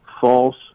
false